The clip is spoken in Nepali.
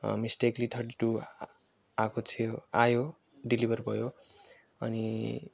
मिस्टेकले थर्टी टु आएको थियो आयो डेलिभर भयो अनि